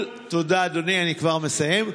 תודה, אדוני, אני כבר מסיים.